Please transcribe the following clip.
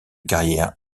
carrière